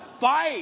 fight